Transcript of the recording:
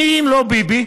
מי אם לא ביבי?